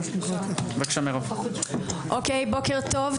בוקר טוב.